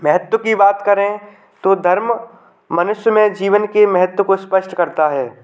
महत्व की बात करें तो धर्म मनुष्य में जीवन के महत्व को स्पष्ट करता है